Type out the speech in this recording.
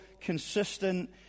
consistent